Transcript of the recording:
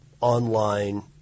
online